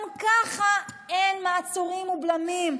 גם ככה אין מעצורים ובלמים,